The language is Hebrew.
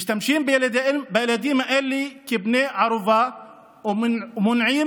משתמשות בילדים האלה כבני ערובה ומונעות